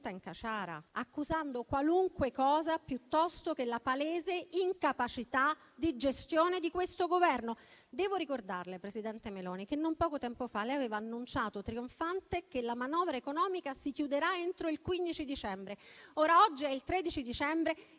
in caciara, accusando qualunque cosa piuttosto che la palese incapacità di gestione di questo Governo. Devo ricordarle, presidente Meloni, che non poco tempo fa lei aveva annunciato trionfante che la manovra economica si sarebbe chiusa entro il 15 dicembre. Oggi è il 13 dicembre e